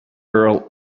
earl